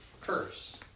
curse